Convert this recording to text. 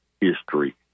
history